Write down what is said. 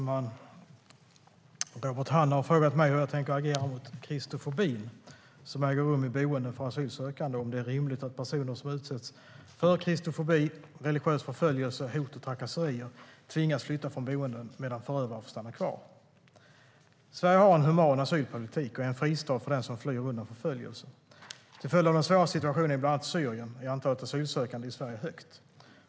Herr talman! Robert Hannah har frågat mig hur jag tänker agera mot kristofobin som äger rum i boenden för asylsökande och om det är rimligt att personer som utsätts för kristofobi, religiös förföljelse, hot och trakasserier tvingas flytta från boenden medan förövare får stanna kvar. Sverige har en human asylpolitik och är en fristad för den som flyr undan förföljelse. Till följd av den svåra situationen i bland annat Syrien är antalet asylsökande i Sverige högt.